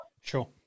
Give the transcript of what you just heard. Sure